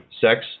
sex